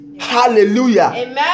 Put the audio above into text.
Hallelujah